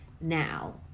Now